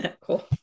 cool